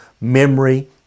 memory